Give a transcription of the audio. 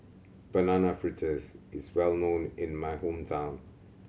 Banana Fritters is well known in my hometown